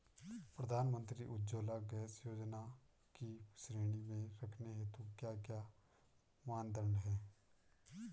प्रधानमंत्री उज्जवला गैस योजना की श्रेणी में रखने हेतु क्या क्या मानदंड है?